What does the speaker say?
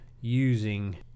using